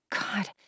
God